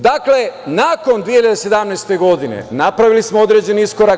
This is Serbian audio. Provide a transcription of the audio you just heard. Dakle, nakon 2017. godine napravili smo određeni iskorak.